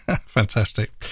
Fantastic